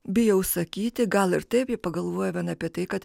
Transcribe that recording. bijau sakyti gal ir taip pagalvojame apie tai kad